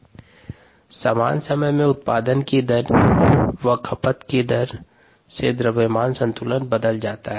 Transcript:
rcESk2ESVk3ESV समान समय में उत्पादन की दर व खपत की दर से द्रव्यमान संतुलन बदल जाता है